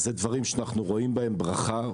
אלו דברים שאנחנו רואים בהם ברכה.